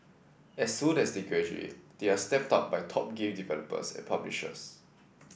as soon as they graduate they are snapped up by top game developers and publishers